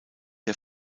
der